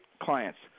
clients